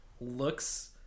looks